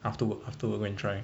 after work after work go and try